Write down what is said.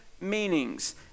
meanings